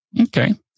Okay